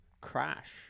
crash